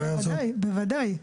כן, בוודאי.